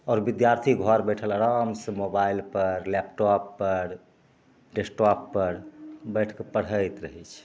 आओर विद्यार्थी घर बैठल आरामसे मोबाइलपर लैपटॉपपर डेस्कटॉपपर बैठिके पढ़ैत रहै छै